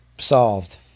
solved